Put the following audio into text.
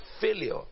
failure